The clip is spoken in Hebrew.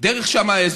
דרך שמה,